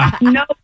No